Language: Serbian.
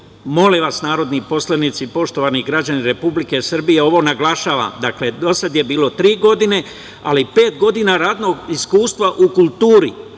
Molim vas, narodni poslanici, poštovani građani Republike Srbije, ovo naglašavam. Dakle, do sada je bilo tri godine, ali pet godina radnog iskustva u kulturi